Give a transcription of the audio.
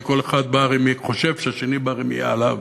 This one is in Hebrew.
כי כל אחד חושב שהשני בא רמייה עליו,